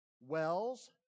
wells